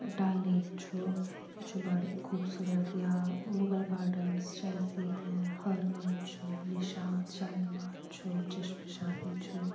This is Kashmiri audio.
ڈل لیک چھُ یہِ چھُ بَڑٕ خوٗبصوٗرت یا مُغل گاڈنٕز چھِ اَسہِ ییٚتہِ ہٲروَن چھُ نِشاط شالمار چھُ چشمہ شاہی چھُ